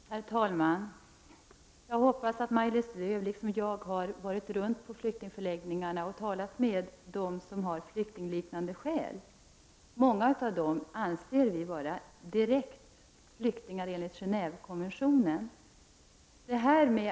Herr talman! Jag hoppas att Maj-Lis Lööw liksom jag har farit runt till flyktingförläggningarna och talat med dem som anger flyktingliknande skäl för att få stanna i Sverige. Många av dem anser vi vara flyktingar enligt Genévekonventionen.